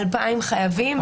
2,000 חייבים.